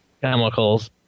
chemicals